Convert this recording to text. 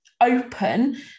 open